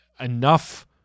enough